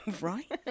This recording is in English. Right